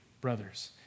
brothers